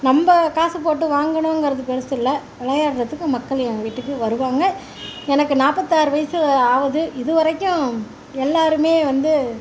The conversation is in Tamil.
நம்ம காசு போட்டு வாங்கினங்குறது பெருசில்லை விளையாடுகிறதுக்கு மக்கள் என் வீட்டுக்கு வருவாங்கள் எனக்கு நாற்பத்தாறு வயசு ஆகுது இதுவரைக்கும் எல்லோருமே வந்து